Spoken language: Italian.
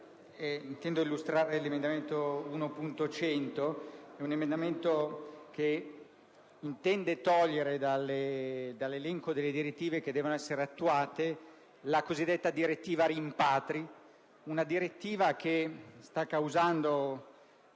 illustro l'emendamento 1.100, con il quale si intende togliere dall'elenco delle direttive che devono essere attuate la cosiddetta direttiva rimpatri, una direttiva che sta causando